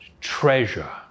treasure